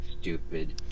stupid